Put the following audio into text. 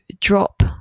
drop